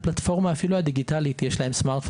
לאנשים יש הפלטפורמה הדיגיטלית יש להם סמארטפון,